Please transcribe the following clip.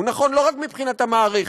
הוא נכון לא רק מבחינת המערכת,